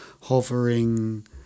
hovering